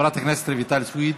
חברת הכנסת רויטל סויד,